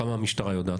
כמה המשטרה יודעת?